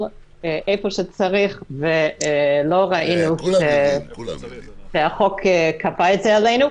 איפה שצריך ולא ראינו שהחוק כפה את זה עלינו.